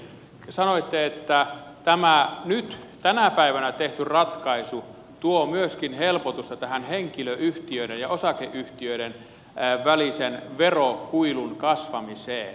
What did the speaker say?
sanoitte että tämä nyt tänä päivänä tehty ratkaisu tuo myöskin helpotusta henkilöyhtiöiden ja osakeyhtiöiden välisen verokuilun kasvamiseen